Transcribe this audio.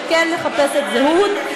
שכן מחפשת זהות,